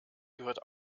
gehört